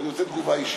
אני רוצה תגובה אישית.